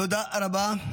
תודה רבה.